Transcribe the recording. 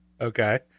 Okay